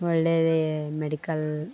ಒಳ್ಳೇದೇ ಮೆಡಿಕಲ್